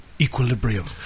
equilibrium